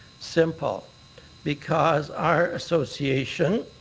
simple because our association